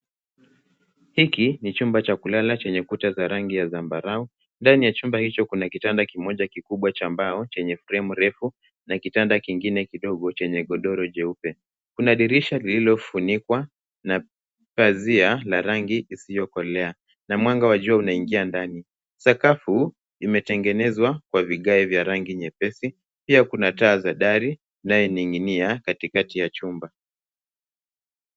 Hiki ni chumba cha kulala chenye kuta za rangi ya zambarau. Ndani ya chumba hicho kuna kitanda kimoja kikubwa cha mbao chenye fremu refu na kitanda kingine kidogo chenye godoro jeupe. Kuna dirisha lililofunikwa na pazia la rangi isiyokolea na mwanga wa jua unaingia ndani. Sakafu imetengenezwa kwa vigae vya rangi nyepesi, pia kuna taa za dari zinayening'inia katikati ya chumba.